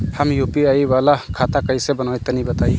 हम यू.पी.आई वाला खाता कइसे बनवाई तनि बताई?